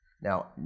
Now